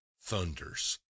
thunders